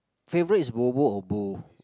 favorite is bobo or bo